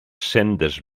sendes